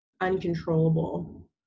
uncontrollable